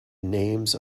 names